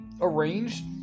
arranged